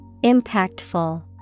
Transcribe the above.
Impactful